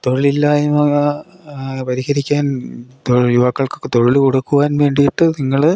തൊഴിലില്ലായ്മ പരിഹരിക്കാൻ യുവാക്കൾക്ക് തൊഴിൽ കൊടുക്കുവാൻ വേണ്ടിയിട്ട് നിങ്ങൾ